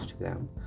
Instagram